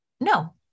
no